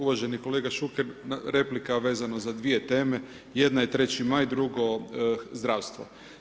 Uvaženi kolega Šuker, replika vezano za dvije teme, jedna je Treći Maj, drugo zdravstvo.